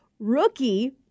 Rookie